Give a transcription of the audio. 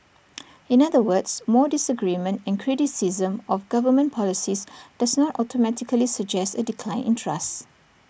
in other words more disagreement and criticism of government policies does not automatically suggest A decline in trust